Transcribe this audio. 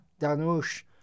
danush